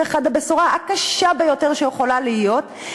אחד הבשורה הקשה ביותר שיכולה להיות,